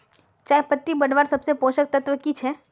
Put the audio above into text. चयपत्ति बढ़वार सबसे पोषक तत्व की छे?